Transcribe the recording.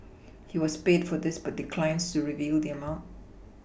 he was paid for this but declines to reveal the amount